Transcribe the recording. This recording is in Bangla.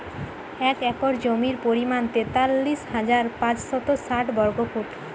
এক একর জমির পরিমাণ তেতাল্লিশ হাজার পাঁচশত ষাট বর্গফুট